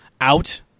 out